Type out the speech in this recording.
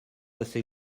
assez